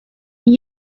این